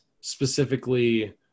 specifically